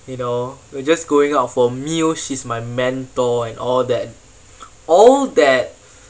you know we're just going out for meals she's my mentor and all that all that